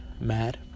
mad